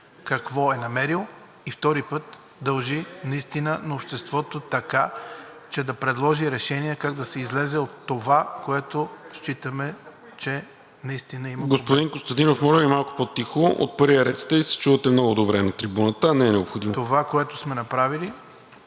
какво е намерил, и втори път, дължи, наистина на обществото, така че да предложи решение как да се излезе от това, което стичаме, че наистина има… (Шум от народния